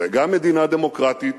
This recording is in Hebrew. וגם מדינה דמוקרטית,